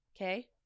okay